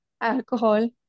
alcohol